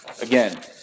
again